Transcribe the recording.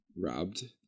robbed